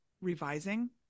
revising